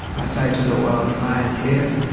i say to the world, i am here,